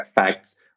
effects